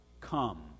come